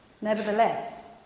Nevertheless